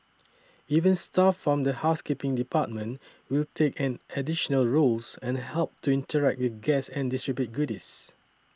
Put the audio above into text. even staff from the housekeeping department will take on additional roles and help to interact with guests and distribute goodies